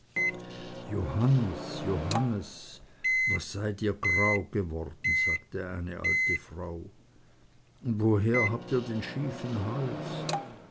johannes johannes was seid ihr grau geworden sagte eine alte frau und woher habt ihr den schiefen hals